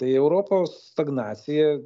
tai europos stagnacija